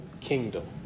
kingdom